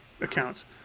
accounts